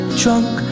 drunk